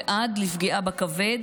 ועד לפגיעה בכבד,